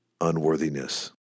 unworthiness